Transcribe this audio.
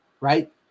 right